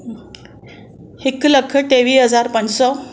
हिकु लखु टेवीह हज़ार पंज सौ